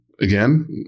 Again